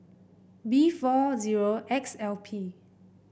B four zero X L P